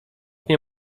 nie